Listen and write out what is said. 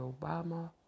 Obama